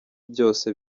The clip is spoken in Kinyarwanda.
byose